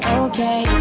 okay